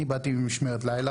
אני באתי ממשמרת לילה,